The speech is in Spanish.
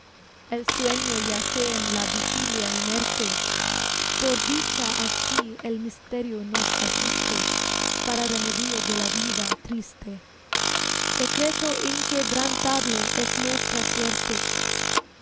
el sueño yace en la vigilia inerte por dicha aquí el misterio nos asiste para remedio de la vida triste secreto inquebrantable es nuestra suerte